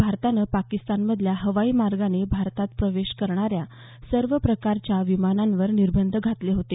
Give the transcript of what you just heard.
भारतानं पाकिस्तान मधल्या हवाईमार्गाने भारतात प्रवेश करण्याऱ्या सर्व प्रकारच्या विमानांवर निर्बंध घातले होते